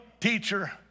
teacher